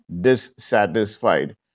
dissatisfied